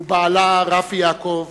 ובעלה רפי יעקב,